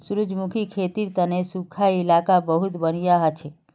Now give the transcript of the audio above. सूरजमुखीर खेतीर तने सुखा इलाका बहुत बढ़िया हछेक